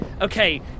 okay